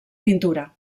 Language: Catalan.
pintura